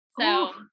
So-